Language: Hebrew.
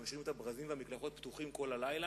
על כך שמשאירים את הברזים במקלחות פתוחים כל הלילה,